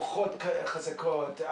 רוחות חזקות,